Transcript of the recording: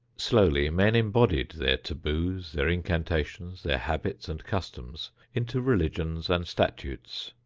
slowly men embodied their taboos, their incantations, their habits and customs into religions and statutes.